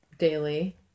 Daily